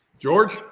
George